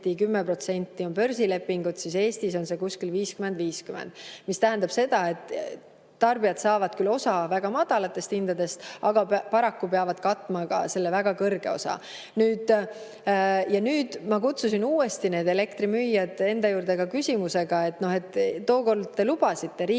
10% on börsilepingud, siis Eestis on see umbes 50 : 50. See tähendab seda, et tarbijad saavad küll osa väga madalatest hindadest, aga paraku peavad katma ka selle väga kõrge osa. Nüüd ma kutsusin uuesti need elektrimüüjad enda juurde ka küsimusega, et noh, tookord te lubasite, Riigikogu